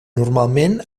normalment